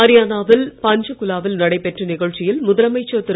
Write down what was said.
அரியானாவில் பஞ்ச்குலா வில் நடைபெற்ற நிகழ்ச்சியில் முதலமைச்சர் திரு